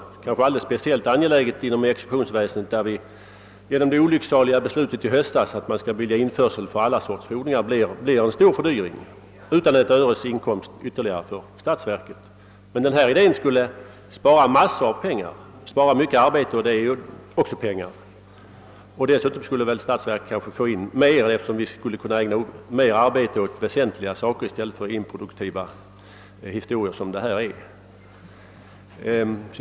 Kanske är det alldeles speciellt angeläget inom exekutionsväsendet; det olycksaliga beslutet i höstas om att införsel skall beviljas för alla sorters fordringar kommer att medföra en stor fördyring utan ett öres ytterligare inkomst för statsverket. Denna idé skulle inte bara spara stora pengar; den skulle dessutom spara mycket arbete, och det är också pengar. Statsverket skulle kanske få in ännu mer genom att vi skulle kunna ägna mer arbete åt väsentliga saker i stället för åt improduktiva sysslor som denna.